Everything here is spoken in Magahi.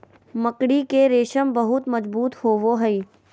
मकड़ी के रेशम बहुत मजबूत होवो हय